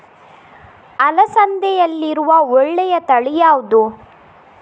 ಅಲಸಂದೆಯಲ್ಲಿರುವ ಒಳ್ಳೆಯ ತಳಿ ಯಾವ್ದು?